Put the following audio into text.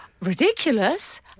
Ridiculous